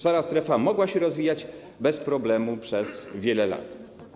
Szara strefa mogła się rozwijać bez problemu przez wiele lat.